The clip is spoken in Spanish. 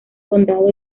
condado